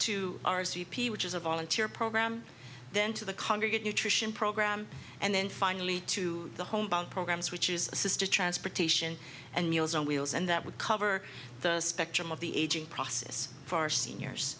p which is a volunteer program then to the congregate nutrition program and then finally to the homebound programs which is a sister transportation and meals on wheels and that would cover the spectrum of the aging process for our seniors